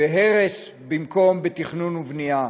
בהרס במקום בתכנון ובנייה,